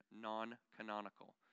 non-canonical